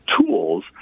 tools